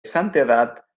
santedat